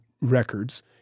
records